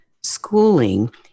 schooling